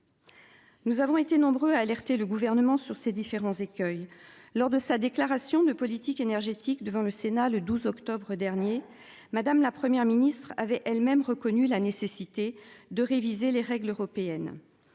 Nous avons été nombreux à alerter le gouvernement sur ces différents écueils lors de sa déclaration de politique énergétique devant le Sénat le 12 octobre dernier. Madame, la Première ministre avait elle-même reconnu la nécessité de réviser les règles européennes.